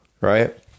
Right